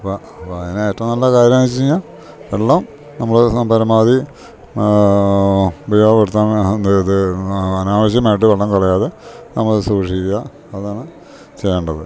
അപ്പ അപ്പ അയിനേറ്റവും നല്ല കാര്യന്ന് വെച്ച് കഴിഞ്ഞാ വെള്ളം നമ്മള് സ പരമാവധി ഉപയോഗപ്പെടുത്താൻ ഇത് അനാവശ്യമായിട്ട് വെള്ളം കളയാതെ നമ്മള് സൂക്ഷിക്കുക അതാണ് ചെയ്യേണ്ടത്